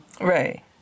right